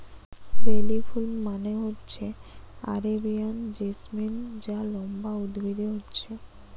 বেলি ফুল মানে হচ্ছে আরেবিয়ান জেসমিন যা লম্বা উদ্ভিদে হচ্ছে